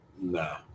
No